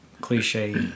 cliche